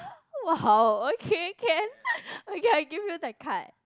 !wow! okay can okay I give you the card